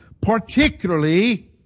particularly